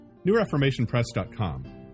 newreformationpress.com